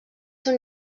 són